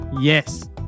yes